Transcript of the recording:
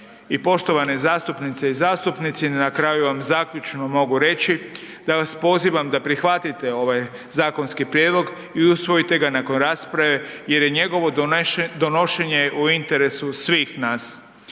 I poštovane zastupnice i zastupnici i na kraju vam zaključno mogu reći da vas pozivam da prihvatite ovaj zakonski prijedlog i usvojite ga nakon rasprave jer je njegovo donošenje u interesu svih nas.